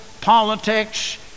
politics